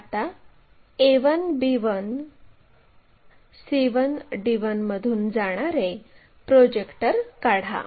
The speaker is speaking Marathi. आता a1 b1 c1 आणि d1 मधून जाणारे प्रोजेक्टर काढा